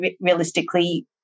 realistically